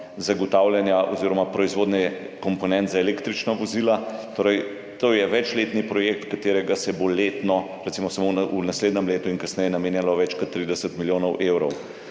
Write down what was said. zagotavljanja oziroma proizvodnje komponent za električna vozila. To je večletni projekt, kateremu se bo letno, recimo, samo v naslednjem letu in kasneje, namenjalo več kot 30 milijonov evrov.